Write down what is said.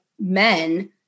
men